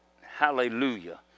Hallelujah